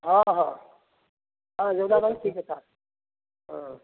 ହଁ ହଁ ହଁ ଯୋଉଟା କହିଲୁ ଠିକ୍ କଥା ହଁ